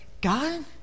God